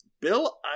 Bill